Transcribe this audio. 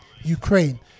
Ukraine